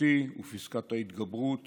הצרפתי ופסקת ההתגברות